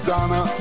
Donna